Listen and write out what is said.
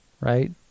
right